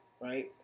right